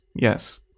yes